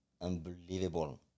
Unbelievable